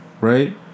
right